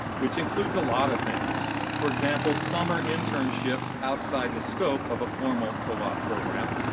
which includes a lot of things. for example, summer internships outside the scope of a formal co-op program,